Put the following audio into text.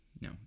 No